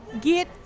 get